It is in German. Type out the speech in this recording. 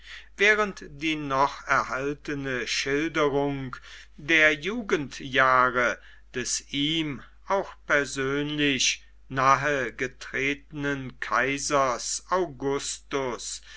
während die noch erhaltene schilderung der jugendjahre des ihm auch persönlich nahegetretenen kaisers augustus